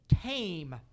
tame